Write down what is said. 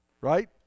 Right